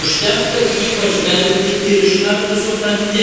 užtenka į jį pažvelgti ir iš karto supranti